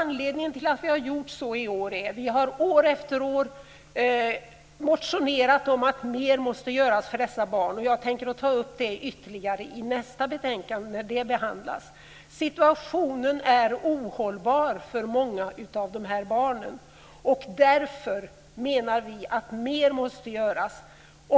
Anledningen till att vi har gjort så i år är att vi år efter år motionerat om att mer måste göras för dessa barn, och jag tänker ta upp det ytterligare när nästa betänkande behandlas. Situationen är ohållbar för många av dessa barn. Därför menar vi att mer måste göras.